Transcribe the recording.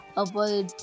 avoid